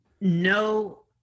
no